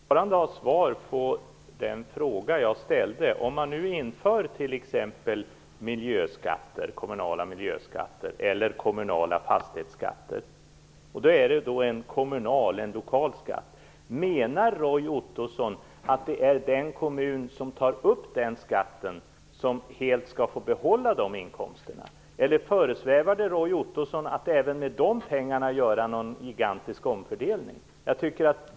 Fru talman! Jag vill fortfarande ha svar på den fråga jag ställde. Om man nu inför t.ex. kommunala miljöskatter eller kommunala fastighetsskatter, en lokal skatt, menar Roy Ottosson att den kommun som tar upp skatten skall få behålla inkomsterna helt eller föresvävar det honom att även med de pengarna göra någon gigantisk omfördelning?